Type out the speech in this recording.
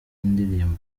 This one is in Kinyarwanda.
indirimbo